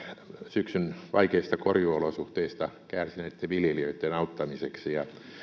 syksyn vaikeista korjuuolosuhteista kärsineitten viljelijöitten auttamiseksi